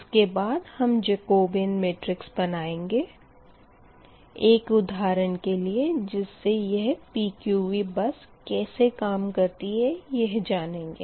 इसके बाद हम जकोबीयन मेट्रिक्स बनाएँगे एक उधारण के लिए जिस से यह PQV बस कैसे काम करती है यह जनेंगे